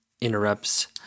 interrupts